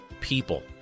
people